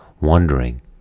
wondering